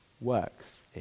Works